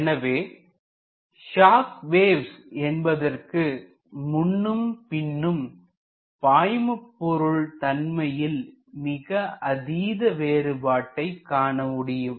எனவே shock waves என்பதற்கு முன்னும் பின்னும் பாய்மபொருள் தன்மையில் மிக அதீத வேறுபாட்டை காணமுடியும்